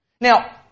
Now